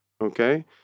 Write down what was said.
Okay